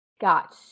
got